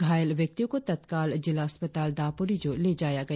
घायल व्यक्तियों को तत्काल जिला अस्पताल दापोरिजों ले जाया गया